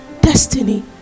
destiny